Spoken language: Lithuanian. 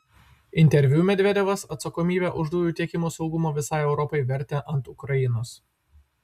interviu medvedevas atsakomybę už dujų tiekimo saugumą visai europai vertė ant ukrainos